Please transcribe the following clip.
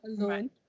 alone